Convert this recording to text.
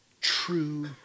true